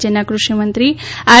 રાજ્યના કૃષિમંત્રી આર